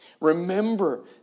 Remember